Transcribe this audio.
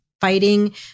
fighting